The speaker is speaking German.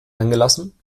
angelassen